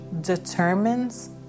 determines